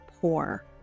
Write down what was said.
poor